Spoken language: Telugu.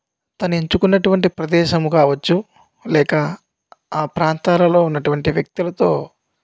తను ఎంచుకున్నటువంటి ప్రదేశము కావచ్చు లేక ఆ ప్రాంతాలలో ఉన్న ఉన్నటువంటి వ్యక్తులతో